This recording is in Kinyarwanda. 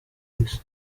isi